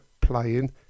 playing